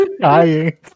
Dying